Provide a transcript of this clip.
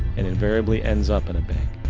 and invariably ends up in a bank.